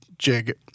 Jig